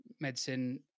medicine